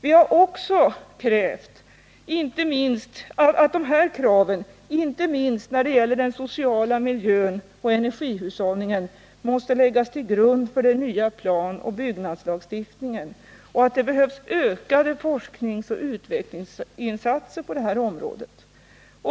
Vi har också framhållit att dessa krav, inte minst när det gäller social miljö och energihushållning, måste läggas till grund för den nya planoch byggnadslagstiftningen och att det behövs ökade forskningsoch utvecklingsinsatser på detta område.